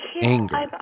anger